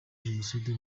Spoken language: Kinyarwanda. jenoside